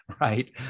right